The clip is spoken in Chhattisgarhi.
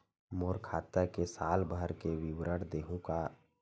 मोर खाता के साल भर के विवरण देहू का?